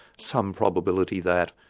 some probability that.